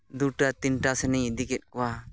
ᱫᱩᱴᱟ ᱛᱤᱱᱴᱟ ᱥᱮᱱᱤᱧ ᱤᱫᱤ ᱠᱮᱫ ᱠᱚᱣᱟ